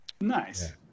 Nice